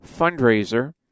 fundraiser